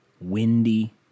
Windy